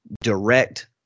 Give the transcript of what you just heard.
direct